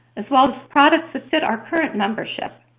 as well as products that fit our current membership.